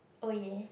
oh yeah